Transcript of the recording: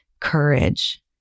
courage